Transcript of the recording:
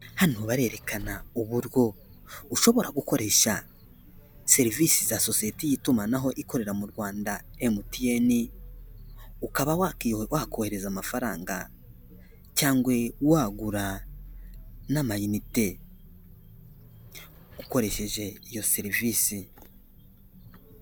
Hano barerekana uburyo ushobora gukoresha serivisi za sosiyete y'itumanaho ikorera mu rwanda emutiyeni ukaba wakohereza amafaranga cyangwa wagura n'ama inite ukoresheje iyo serivisi.